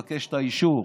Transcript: תבקש את האישור,